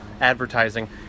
advertising